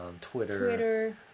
Twitter